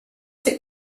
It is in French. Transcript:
ses